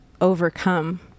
overcome